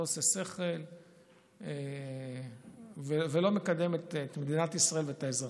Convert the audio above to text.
לא עושה שכל ולא מקדם את מדינת ישראל ואת האזרחים.